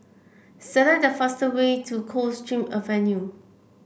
select the fastest way to Coldstream Avenue